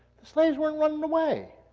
the slaves weren't running away.